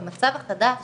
במצב החדש